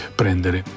prendere